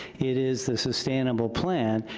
it is the sustainable plan,